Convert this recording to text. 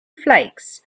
flakes